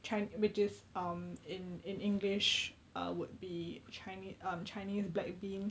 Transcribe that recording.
chi~ which is um in in english uh would be chinese um chinese black bean